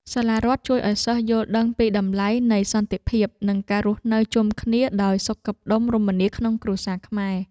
សាលារដ្ឋជួយឱ្យសិស្សយល់ដឹងពីតម្លៃនៃសន្តិភាពនិងការរស់នៅជុំគ្នាដោយសុខដុមរមនាក្នុងគ្រួសារខ្មែរ។